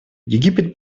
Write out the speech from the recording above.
египет